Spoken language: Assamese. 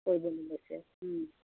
কৰিবলে লৈছে